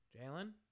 Jalen